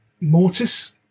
Mortis